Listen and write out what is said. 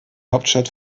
hauptstadt